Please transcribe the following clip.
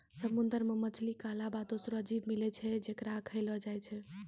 समुंदर मे मछली के अलावा दोसरो जीव मिलै छै जेकरा खयलो जाय छै